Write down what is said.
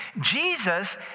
Jesus